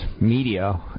media